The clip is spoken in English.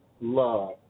love